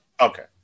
Okay